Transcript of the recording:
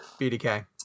BDK